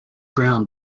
ground